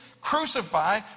crucify